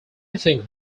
think